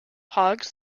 hogs